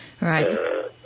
Right